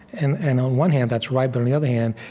and and on one hand, that's right, but on the other hand,